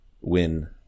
win